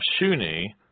Shuni